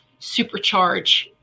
supercharge